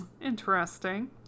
interesting